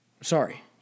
Sorry